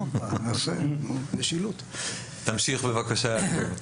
תמשיך בבקשה.